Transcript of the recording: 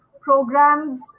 programs